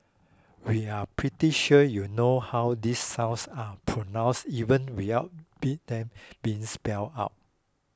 we are pretty sure you know how these sounds are pronounced even without them being spelled out